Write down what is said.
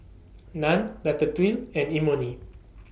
Naan Ratatouille and Imoni